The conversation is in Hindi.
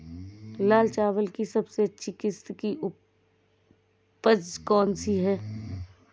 लाल चावल की सबसे अच्छी किश्त की उपज कौन सी है?